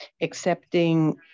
accepting